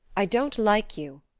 i don't like you,